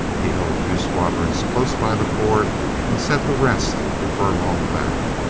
he held two squadrons close by the ford and set the rest a furlong back.